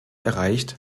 erreicht